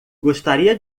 gostaria